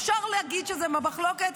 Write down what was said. אפשר להגיד שזה במחלוקת,